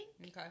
Okay